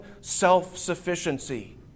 self-sufficiency